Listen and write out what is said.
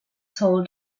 sold